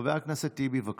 חבר הכנסת טיבי, בבקשה.